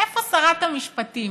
איפה שרת המשפטים?